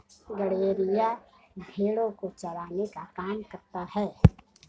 गड़ेरिया भेड़ो को चराने का काम करता है